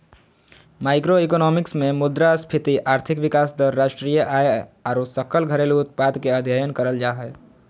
macroeconomics मे मुद्रास्फीति, आर्थिक विकास दर, राष्ट्रीय आय आरो सकल घरेलू उत्पाद के अध्ययन करल जा हय